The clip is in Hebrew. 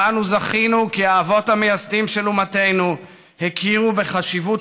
ואנו זכינו כי האבות המייסדים של אומתנו הכירו בחשיבות